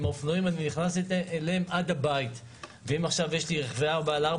אני נכנס אליהם עם האופנועים עד הבית ואם יש לי עכשיו רכבי 4X4,